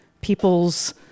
people's